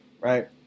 right